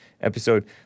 episode